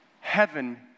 heaven